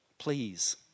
Please